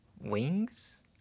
wings